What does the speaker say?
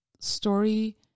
story